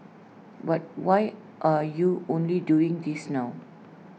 but why are you only doing this now